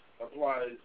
applies